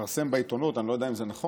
התפרסם בעיתונות, אני לא יודע אם זה נכון,